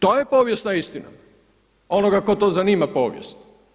To je povijesna istina onoga koga zanima povijest.